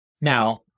Now